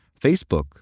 Facebook